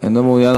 אינו מעוניין.